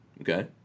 okay